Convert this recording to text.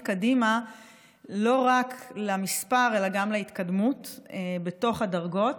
קדימה לא רק למספר אלא גם להתקדמות בתוך הדרגות.